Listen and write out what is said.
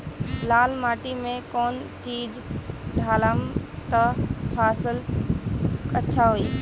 लाल माटी मे कौन चिज ढालाम त फासल अच्छा होई?